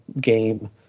game